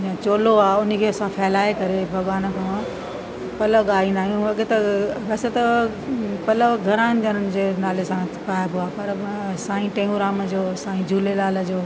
चोलो आहे उन खे असां फैलाए करे भॻवान खां पल्लव गाईंदा आहियूं अॻे त वैसे त पल्लव घणनि ॼणनि जे नाले सां पाइबो आहे पर साईं टेऊंराम जो साईं झूलेलाल जो